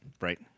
Right